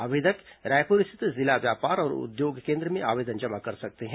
आवेदक रायपुर स्थित जिला व्यापार और उद्योग केन्द्र में आवेदन जमा कर सकते हैं